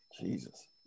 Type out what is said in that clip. Jesus